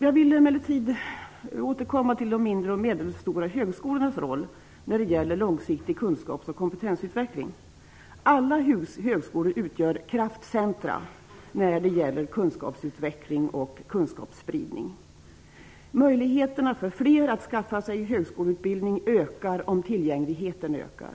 Jag vill emellertid återkomma till de mindre och medelstora högskolornas roll när det gäller långsiktig kunskaps och kompetensutveckling. Alla högskolor utgör kraftcentrum när det gäller kunskapsutveckling och kunskapsspridning. Möjligheterna för fler att skaffa sig högskoleutbildning ökar om tillgängligheten ökar.